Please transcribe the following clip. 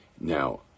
Now